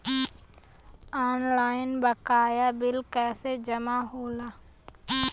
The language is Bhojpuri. ऑनलाइन बकाया बिल कैसे जमा होला?